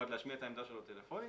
את העמדה שלו טלפונית.